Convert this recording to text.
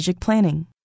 planning